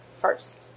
first